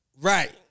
right